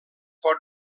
pot